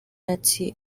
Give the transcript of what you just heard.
ati